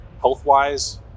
health-wise